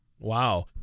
Wow